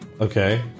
Okay